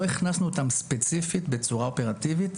הכנסנו אותם ספציפית בצורה אופרטיבית,